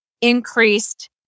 increased